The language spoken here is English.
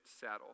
saddle